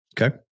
Okay